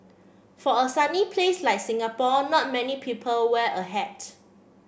for a sunny place like Singapore not many people wear a hat